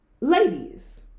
Ladies